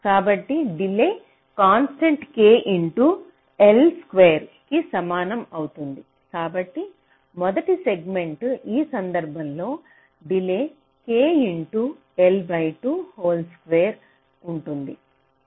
కాబట్టి delay constant K into L square K L square కి సమానం అవుతుంది కాబట్టి మొదటి సెగ్మెంట్ ఈ సందర్భంలో delay K into L by 2 whole square K L2 whole square ఉంటుంది